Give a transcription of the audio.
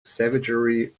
savagery